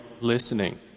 listening